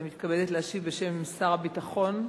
אני מתכבדת להשיב בשם שר הביטחון,